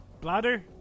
Bladder